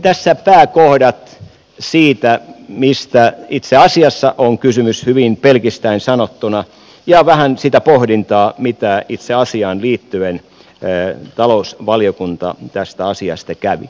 tässä pääkohdat siitä mistä itse asiassa on kysymys hyvin pelkistäen sanottuna ja vähän sitä pohdintaa mitä itse asiaan liittyen talousvaliokunta tästä asiasta kävi